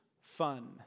fun